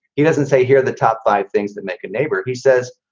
he doesn't say, here are the top five things that make a neighbor. he says,